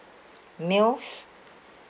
meals